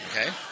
Okay